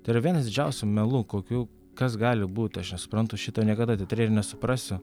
tai yra vienas didžiausių melų kokių kas gali būt aš nesuprantu šito niekada teatre ir nesuprasiu